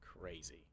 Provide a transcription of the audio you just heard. crazy